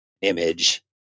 image